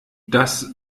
das